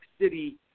City